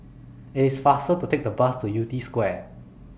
IT IS faster to Take The Bus to Yew Tee Square